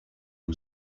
who